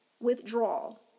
withdrawal